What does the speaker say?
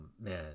man